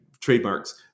trademarks